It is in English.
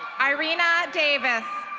irena davis.